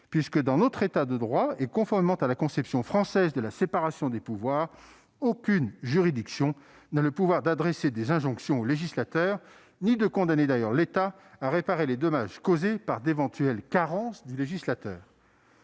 puisque, dans notre État de droit et conformément à la conception française de la séparation des pouvoirs, aucune juridiction n'a le pouvoir d'adresser des injonctions au législateur non plus d'ailleurs que de condamner l'État à réparer les dommages causés par d'éventuelles carences du législateur.